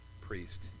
priest